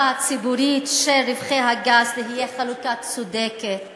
הציבורית של רווחי הגז תהיה חלוקה צודקת